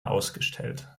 ausgestellt